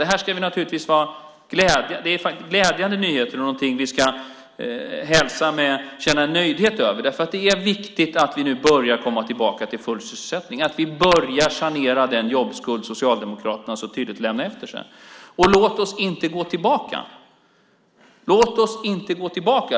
Det är glädjande nyheter och någonting som vi ska känna oss nöjda över, därför att det är viktigt att vi nu börjar komma tillbaka till full sysselsättning, att vi börjar sanera den jobbskuld Socialdemokraterna så tydligt lämnade efter sig. Och låt oss inte gå tillbaka!